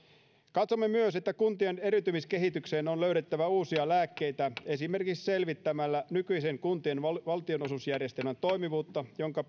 katsomme myös että kuntien eriytymiskehitykseen on löydettävä uusia lääkkeitä esimerkiksi selvittämällä nykyisen kuntien valtionosuusjärjestelmän toimivuutta jonka